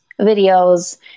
videos